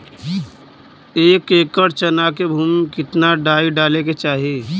एक एकड़ चना के भूमि में कितना डाई डाले के चाही?